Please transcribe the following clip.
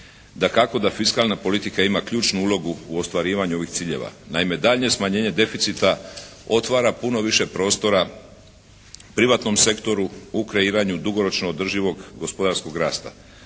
Dakako da fiskalna politika ima ključnu ulogu u ostvarivanju ovih ciljeva. Naime, daljnje smanjenje deficita otvara puno više prostora privatnom sektoru u kreiranju dugoročno održivog gospodarskog rasta,